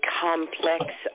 complex